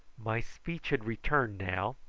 my speech had returned now,